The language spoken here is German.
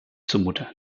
zumute